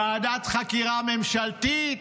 ועדת חקירה ממשלתית,